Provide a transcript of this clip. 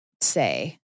say